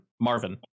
Marvin